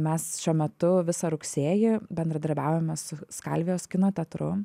mes šiuo metu visą rugsėjį bendradarbiaujame su skalvijos kino teatru